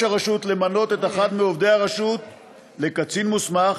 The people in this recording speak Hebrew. הרשות למנות את אחד מעובדי הרשות לקצין מוסמך,